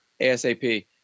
ASAP